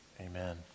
amen